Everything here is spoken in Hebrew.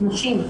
נשים,